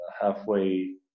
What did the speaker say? halfway